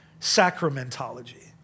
sacramentology